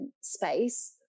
space